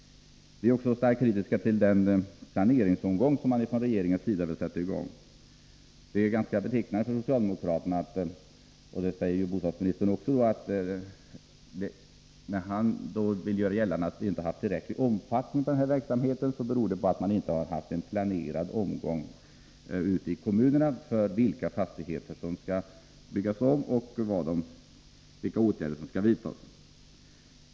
Vi är också starkt kritiska till den planeringsomgång som regeringen vill starta. Bostadsministern vill göra gällande att detta att verksamheten inte haft tillräcklig omfattning beror på att man inte genomfört en planerad omgång ute i kommunerna när det gäller vilka fastigheter som skall byggas om och vilka åtgärder som skall vidtas. Detta är ganska betecknande för socialdemokraterna.